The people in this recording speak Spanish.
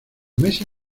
mesa